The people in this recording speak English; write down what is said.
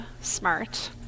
smart